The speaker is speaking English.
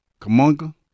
Kamunga